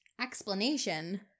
explanation